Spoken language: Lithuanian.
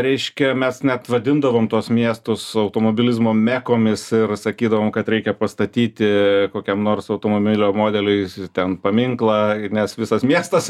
reiškia mes net vadindavom tuos miestus automobilizmo mekomis ir sakydavom kad reikia pastatyti kokiam nors automobilio modeliui ten paminklą nes visas miestas